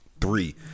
three